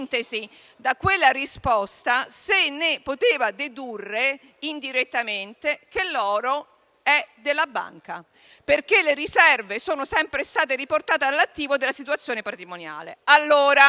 da quella risposta si poteva dedurre, indirettamente, che l'oro è della Banca, perché le riserve sono sempre state riportate all'attivo della situazione patrimoniale.